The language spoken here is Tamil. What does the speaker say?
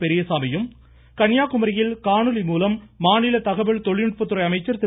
பெரியசாமியும் கன்னியாகுமரியில் காணொலி மூலம் மாநில தகவல் தொழில்நுட்பத்துறை அமைச்சர் திரு